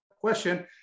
question